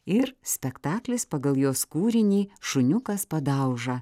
ir spektaklis pagal jos kūrinį šuniukas padauža